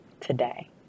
today